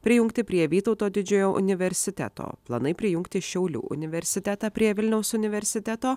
prijungti prie vytauto didžiojo universiteto planai prijungti šiaulių universitetą prie vilniaus universiteto